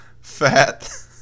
fat